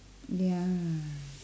ya